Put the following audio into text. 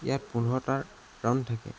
ইয়াত পোন্ধৰটাৰ ৰাউণ্ড থাকে